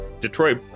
Detroit